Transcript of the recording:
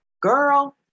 Girl